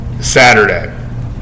Saturday